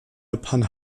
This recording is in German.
upon